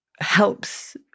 Helps